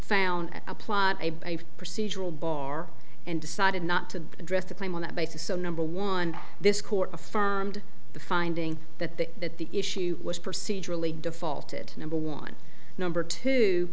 found a plot procedural bar and decided not to address the claim on that basis so number one this court affirmed the finding that the that the issue was procedurally defaulted number one number two